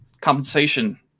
compensation